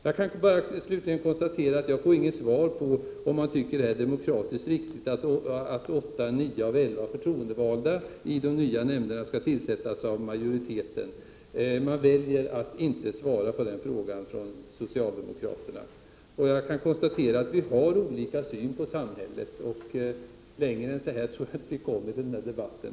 Jag kan slutligen konstatera att jag inte får något svar på frågan om det är demokratiskt riktigt att åtta eller nio av elva förtroendevalda i de nya nämnderna skall tillsättas av majoriteten. Socialdemokraterna väljer att inte svara på den frågan. Jag kan konstatera att vi har olika syn på samhället, och längre än så här tror jag inte att vi kommer i den här debatten.